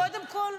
קודם כול,